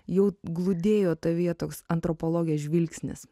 jau glūdėjo tavyje toks antropologės žvilgsnis